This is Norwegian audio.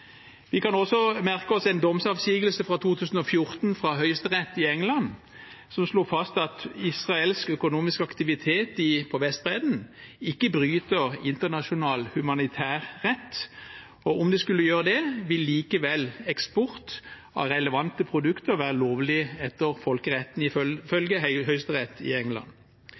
Vi kan også merke oss en domsavsigelse fra 2014 fra høyesterett i England som slo fast at israelsk økonomisk aktivitet på Vestbredden ikke bryter internasjonal humanitærrett, og om den skulle gjøre det, vil likevel eksport av relevante produkter være lovlig etter folkeretten ifølge høyesterett i England. Grupperinger i